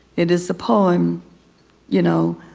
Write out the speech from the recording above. it is a poem you know,